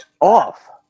off